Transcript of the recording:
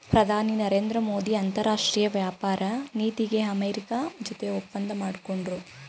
ಪ್ರಧಾನಿ ನರೇಂದ್ರ ಮೋದಿ ಅಂತರಾಷ್ಟ್ರೀಯ ವ್ಯಾಪಾರ ನೀತಿಗೆ ಅಮೆರಿಕ ಜೊತೆ ಒಪ್ಪಂದ ಮಾಡ್ಕೊಂಡ್ರು